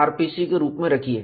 आप इसे rpc के रूप में रखिए